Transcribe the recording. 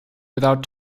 without